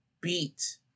beat